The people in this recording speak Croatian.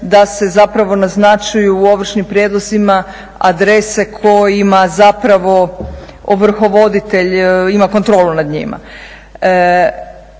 da se zapravo naznačuju u ovršnim prijedlozima adrese kojima zapravo ovrhovoditelj ima kontrolu nad njima.